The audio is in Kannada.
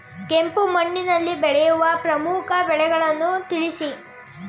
ಕೆಂಪು ಮಣ್ಣಿನಲ್ಲಿ ಬೆಳೆಯುವ ಪ್ರಮುಖ ಬೆಳೆಗಳನ್ನು ತಿಳಿಸಿ?